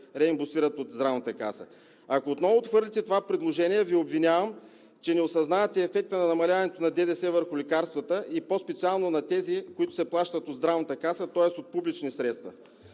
реимбурсират от Здравната каса. Ако отново отхвърлите това предложение, обвинявам Ви, че не осъзнавате ефекта на намаляването на ДДС върху лекарствата и по-специално на тези, които се плащат от Здравната каса, тоест от публични средства.